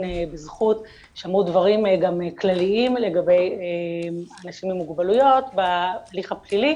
בזכות שאמרו דברים גם כלליים לגבי אנשים עם מוגבלויות בהליך הפלילי